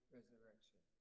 Resurrection